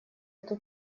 эту